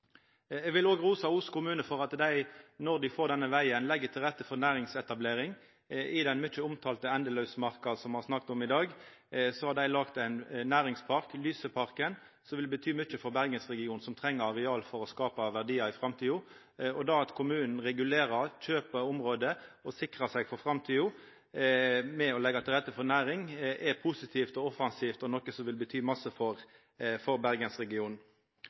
Eg vil òg rosa Os kommune for at dei, når dei får denne vegen, legg til rette for næringsetablering i den mykje omtalte Endelausmarka som me har snakka om i dag, ein næringspark, Lyseparken, som vil bety mykje for Bergensregionen, som treng areal for å skapa verdiar i framtida. Det at kommunen kjøper og regulerer området og sikrar seg for framtida med å leggja til rette for næring, er positivt, offensivt og noko som vil bety masse for Bergensregionen.